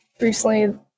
recently